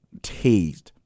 tased